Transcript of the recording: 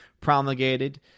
promulgated